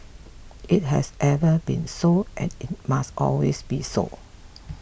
it has ever been so and it must always be so